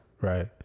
right